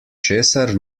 česar